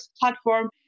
platform